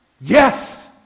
Yes